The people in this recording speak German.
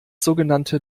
sogenannte